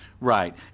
Right